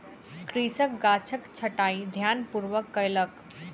कृषक गाछक छंटाई ध्यानपूर्वक कयलक